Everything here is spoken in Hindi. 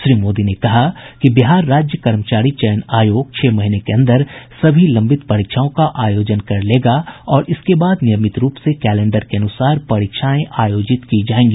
श्री मोदी ने कहा कि बिहार राज्य कर्मचारी चयन आयोग छह महीने के अंदर सभी लंबित परीक्षाओं का आयोजन कर लेगा और इसके बाद नियमित रूप से कैलेंडर के अनुसार परीक्षाएं आयोजित की जायेंगी